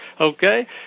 Okay